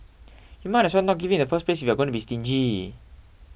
you might as well not give it in the first place if you're going to be stingy